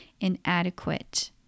inadequate